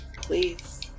Please